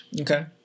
Okay